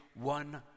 one